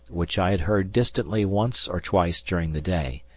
which i had heard distantly once or twice during the day,